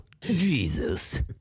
Jesus